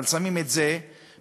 אבל שמים את זה במשבצת.